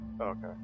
Okay